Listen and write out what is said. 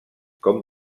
com